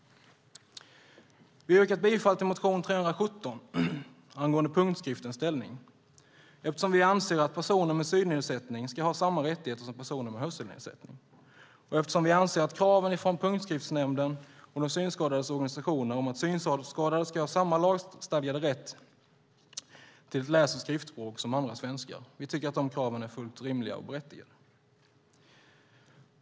Vi har yrkat bifall till motion 317 angående punktskriftens ställning eftersom vi anser att personer med synnedsättning ska ha samma rättigheter som personer med hörselnedsättning. Vi anser att kraven från Punktskriftsnämnden och de synskadades organisationer om att synskadade ska ha samma lagstadgade rätt till ett läs och skriftspråk som andra svenskar är fullt rimliga och berättigade.